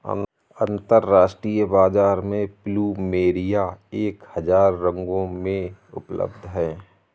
अंतरराष्ट्रीय बाजार में प्लुमेरिया एक हजार रंगों में उपलब्ध हैं